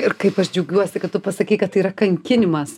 ir kaip aš džiaugiuosi kad tu pasakei kad yra kankinimas